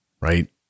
right